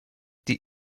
die